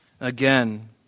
Again